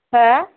मा